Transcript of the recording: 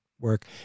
work